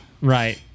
Right